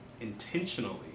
intentionally